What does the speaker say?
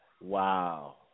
Wow